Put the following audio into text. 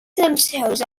themselves